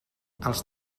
els